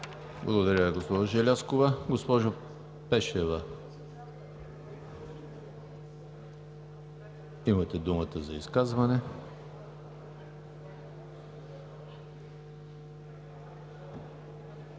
Благодаря, госпожо Желязкова. Госпожо Пешева, имате думата за изказване.